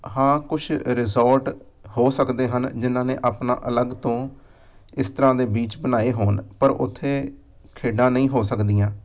ਹਾਂ ਕੁਛ ਰਿਸੋਰਟ ਹੋ ਸਕਦੇ ਹਨ ਜਿਨ੍ਹਾਂ ਨੇ ਆਪਣਾ ਅਲੱਗ ਤੋਂ ਇਸ ਤਰ੍ਹਾਂ ਦੇ ਬੀਚ ਬਣਾਏ ਹੋਣ ਪਰ ਉੱਥੇ ਖੇਡਾਂ ਨਹੀਂ ਹੋ ਸਕਦੀਆਂ